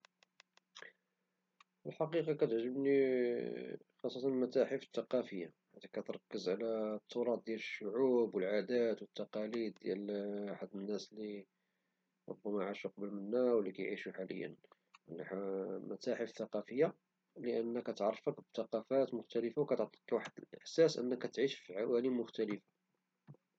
في الحقيقة كتعجبني المتاحف الثقافية لي كتركز على التراث ديال الشعوب والعادات والتقاليد ديال واحد الناس لي ربما عاشو قبل منا ولي كيعسشو حاليا، المثاحف الثقافية لأن كتعرفك على الثقافات المختلفة، كتعطيك واحد الإحساس أنك كتعيش في عوالم مختلفة